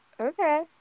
Okay